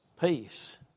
peace